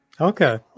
Okay